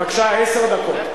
אדוני היושב-ראש,